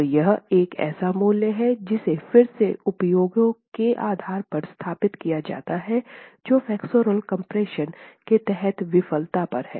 तो यह एक ऐसा मूल्य है जिसे फिर से प्रयोगों के आधार पर स्थापित किया जाता है जो फ्लेक्सोरल कम्प्रेशन के तहत विफलता पर हैं